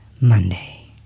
Monday